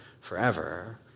forever